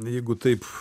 jeigu taip